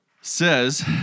says